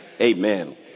amen